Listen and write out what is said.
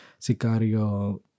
Sicario